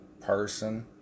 person